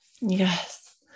Yes